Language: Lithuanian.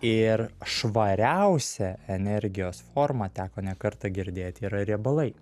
ir švariausia energijos forma teko ne kartą girdėti yra riebalai